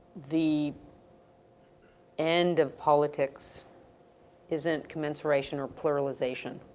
the end of politics isn't commensuration or pluralization.